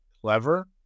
clever